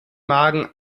magen